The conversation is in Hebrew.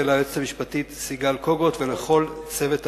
ליועצת המשפטית סיגל קוגוט ולכל צוות הוועדה.